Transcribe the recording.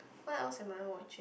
what else am I watched